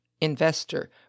investor